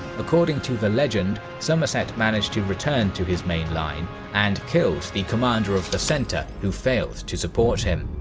according to the legend, somerset managed to return to his main line and killed the commander of the center, who failed to support him.